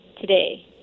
today